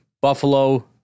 Buffalo